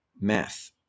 math